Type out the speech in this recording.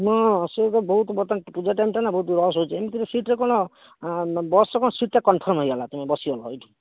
ହଁ ଅସୁବିଧା ବହୁତ ବର୍ତ୍ତମାନ ପୂଜା ଟାଇମ୍ ଟା ନା ବହୁତ ଲସ୍ ହେଉଛି ଏମିତିରେ ସିଟ୍ରେ କ'ଣ ବସ୍ ତମ ସିଟ୍ ଟା କନ୍ଫର୍ମ ହେଇଗଲା ତମେ ବସି ହେବ ଏଇଠି